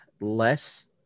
less